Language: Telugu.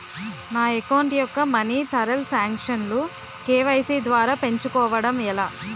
నా అకౌంట్ యెక్క మనీ తరణ్ సాంక్షన్ లు కే.వై.సీ ద్వారా పెంచుకోవడం ఎలా?